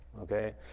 okay